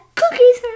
cookies